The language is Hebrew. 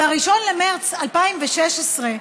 ב-1 במרס 2016,